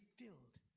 filled